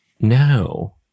No